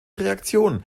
reaktion